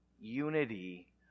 unity